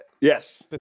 Yes